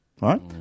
right